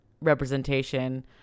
representation